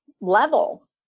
level